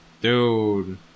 Dude